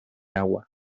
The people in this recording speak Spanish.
agua